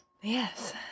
yes